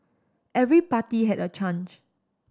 every party had a chance